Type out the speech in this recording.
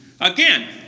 Again